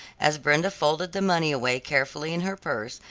as brenda folded the money away carefully in her purse,